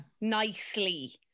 Nicely